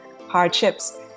hardships